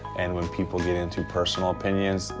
and when people get into personal opinions,